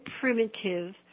primitive